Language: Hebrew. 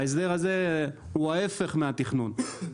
ההסדר הזה הוא ההפך מתכנון.